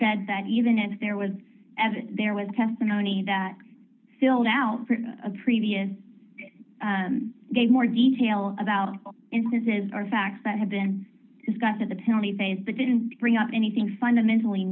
said that even if there was as there was testimony that filled out a previous game more detail about instances are facts that have been discussed in the penalty phase but didn't bring up anything fundamentally